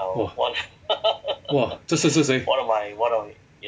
!wah! !wah! 这次是谁